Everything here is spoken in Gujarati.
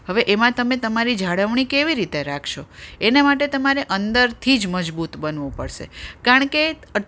હવે એમાં તમે તમારી જાળવણી કેવી રીતે રાખશો એના માટે તમારે અંદરથી જ મજબૂત બનવું પડશે કારણ કે